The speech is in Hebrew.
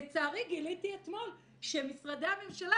לצערי גיליתי אתמול שמשרדי הממשלה,